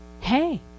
Hey